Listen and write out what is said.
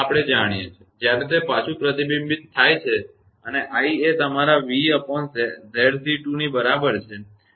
આ આપણે જાણીએ છીએ જ્યારે તે પાછું પ્રતિબિંબિત થાય છે અને i એ તમારા 𝑣𝑍𝑐2 ની બરાબર છે